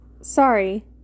Sorry